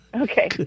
Okay